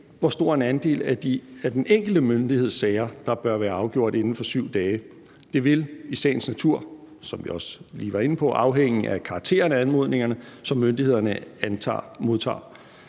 hvor stor en andel af den enkelte myndigheds sager, der bør være afgjort inden for 7 dage. Det vil i sagens natur, som vi også lige var inde på, afhænge af karakteren af anmodningerne, som myndighederne modtager.